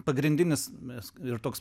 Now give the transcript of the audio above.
pagrindinis mes ir toks